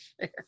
share